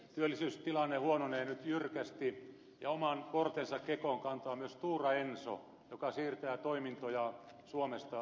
työllisyystilanne huononee nyt jyrkästi ja oman kortensa kekoon kantaa myös stora enso joka siirtää toimintoja suomesta ruotsiin